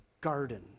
garden